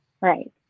right